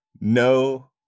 no